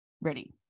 ready